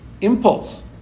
Impulse